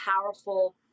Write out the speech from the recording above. powerful